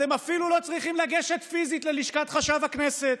אתם אפילו לא צריכים לגשת פיזית ללשכת חשב הכנסת.